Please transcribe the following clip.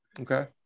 Okay